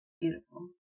Beautiful